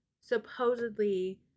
supposedly